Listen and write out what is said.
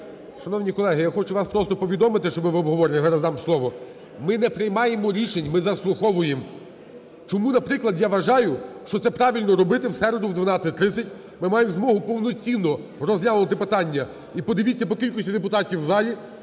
Шановні колеги, я хочу вас просто повідомити, щоб… в обговоренні, зараз дам слово. Ми не приймаємо рішень, ми заслуховуємо. Чому, наприклад, я вважаю, що це правильно робити в середу о 12.30. Ми маємо змогу повноцінно розглянути питання, і подивіться по кількості депутатів в залі,